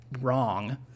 wrong